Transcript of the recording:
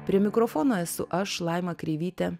prie mikrofono esu aš laima kreivytė